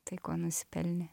tai ko nusipelnė